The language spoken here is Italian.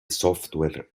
software